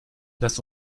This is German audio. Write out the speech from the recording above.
lass